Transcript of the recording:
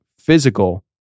physical